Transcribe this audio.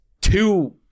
two –